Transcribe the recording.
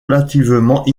relativement